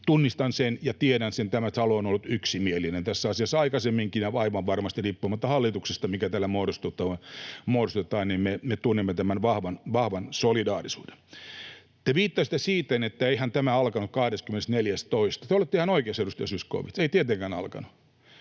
Tunnistan sen ja tiedän sen, että tämä talo on ollut yksimielinen tässä asiassa aikaisemminkin, ja aivan varmasti riippumatta hallituksesta, mikä täällä muodostetaan, me tunnemme tämän vahvan solidaarisuuden. Te viittasitte siihen, että eihän tämä alkanut 24.2. Te olette ihan oikeassa, edustaja Zyskowicz, ei tietenkään alkanut.